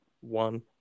one